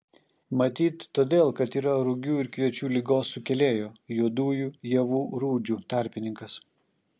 matyt todėl kad yra rugių ir kviečių ligos sukėlėjo juodųjų javų rūdžių tarpininkas